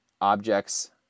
objects